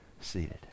seated